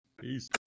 Peace